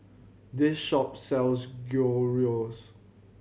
this shop sells Gyros